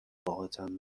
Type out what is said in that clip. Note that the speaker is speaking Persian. باهاتم